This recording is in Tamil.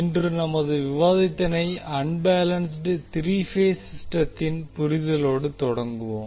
இன்று நமது விவாதத்தினை அன்பேலன்ஸ்ட் த்ரீ பேஸ் சிஸ்டத்தின் புரிதலோடு தொடங்குவோம்